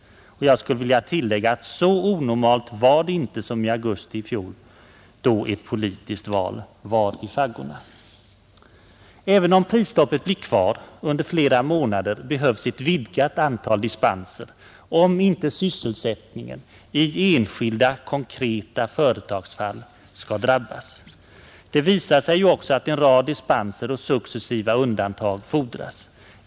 Jag skulle vilja tillägga, att så onormalt var det inte i augusti i fjol då ett politiskt val var i faggorna. Även om prisstoppet blir kvar under flera månader behövs ett vidgat antal dispenser, om inte sysselsättningen i enskilda, konkreta företagsfall skall drabbas. Det visar sig ju också att en rad dispenser och successiva undantag fordras.